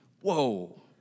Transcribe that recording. Whoa